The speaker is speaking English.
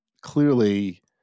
clearly